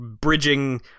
bridging